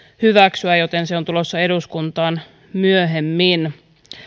hyväksyä joten se on tulossa eduskuntaan myöhemmin